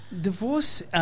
Divorce